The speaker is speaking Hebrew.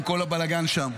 עם כל הבלגן שם,